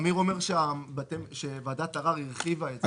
אמיר דהן אומר שוועדת הערר הרחיבה את זה.